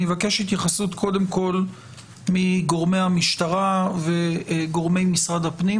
אני אבקש התייחסות קודם כל מגורמי המשטרה וגורמי משרד הפנים